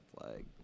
flag